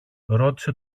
ρώτησε